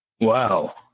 Wow